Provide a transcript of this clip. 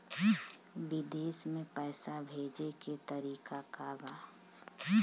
विदेश में पैसा भेजे के तरीका का बा?